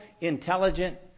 intelligent